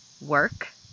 work